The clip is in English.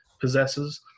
possesses